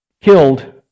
killed